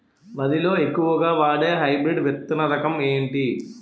వరి లో ఎక్కువుగా వాడే హైబ్రిడ్ విత్తన రకం ఏంటి?